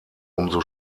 umso